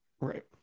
Right